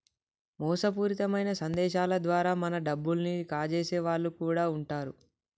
మోసపూరితమైన సందేశాల ద్వారా మన డబ్బుల్ని కాజేసే వాళ్ళు కూడా వుంటరు